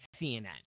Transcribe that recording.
CNN